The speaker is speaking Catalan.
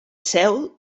seu